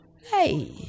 Hey